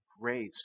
grace